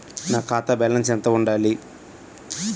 నా ఖాతా బ్యాలెన్స్ ఎంత ఉండాలి?